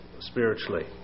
spiritually